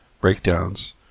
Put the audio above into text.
breakdowns